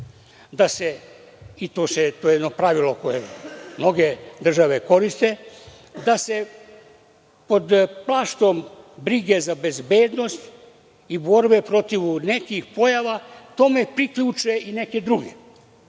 i to je jedno pravilo koje mnoge države koriste, da se pod plaštom brige za bezbednost i borbe protiv nekih pojava tome priključe i neki drugi.